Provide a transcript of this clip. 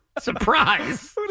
Surprise